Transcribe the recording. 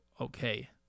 okay